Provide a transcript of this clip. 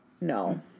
no